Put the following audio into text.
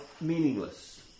meaningless